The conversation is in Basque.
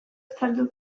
saldu